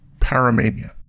Paramania